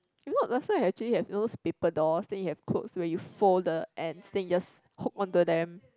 you know last time actually have those paper dolls then you have clothes where you fold the ends then you just hook onto them